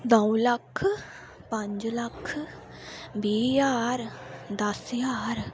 द'ऊं लक्ख पंज लक्ख बीह् ज्हार दस ज्हार